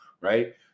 right